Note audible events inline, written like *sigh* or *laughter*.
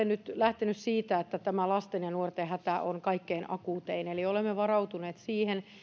*unintelligible* nyt lähtenyt siitä että tämä lasten ja nuorten hätä on kaikkein akuutein eli olemme varautuneet siihen